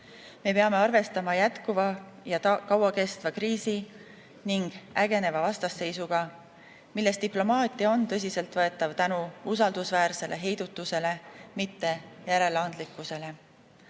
Me peame arvestama jätkuva ja kauakestva kriisi ning ägeneva vastasseisuga, milles diplomaatia on tõsiselt võetav tänu usaldusväärsele heidutusele, mitte järeleandlikkusele.